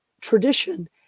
tradition